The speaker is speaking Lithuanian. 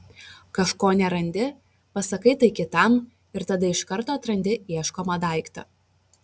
kažko nerandi pasakai tai kitam ir tada iš karto atrandi ieškomą daiktą